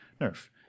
nerf